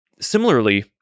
similarly